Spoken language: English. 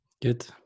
Good